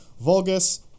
Vulgus